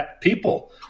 people